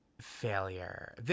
failure